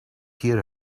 hear